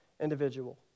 individual